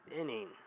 inning